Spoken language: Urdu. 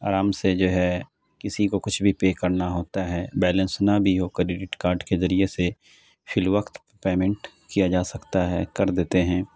آرام سے جو ہے کسی کو کچھ بھی پے کرنا ہوتا ہے بیلنس نہ بھی ہو کریڈٹ کاڈ کے ذریعے سے فی الوقت پیمنٹ کیا جا سکتا ہے کر دیتے ہیں